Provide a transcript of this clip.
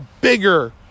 bigger